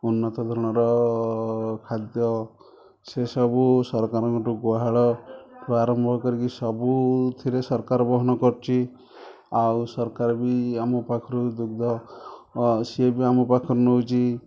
ଉନ୍ନତ ଧରଣର ଖାଦ୍ୟ ସେ ସବୁ ସରକାରଙ୍କଠୁ ଗୁହାଳଠୁ ଆରମ୍ଭ କରିକି ସବୁ ଥିରେ ସରକାର ବହନ କରୁଛି ଆଉ ସରକାର ବି ଆମ ପାଖରୁ ଦୁଗ୍ଧ ଆଉ ସିଏ ବି ଆମ ପାଖରୁ ନେଉଛି